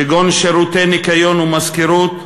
כגון שירותי ניקיון ומזכירות,